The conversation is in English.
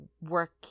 work